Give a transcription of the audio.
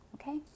Okay